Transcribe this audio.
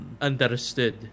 Understood